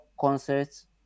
concerts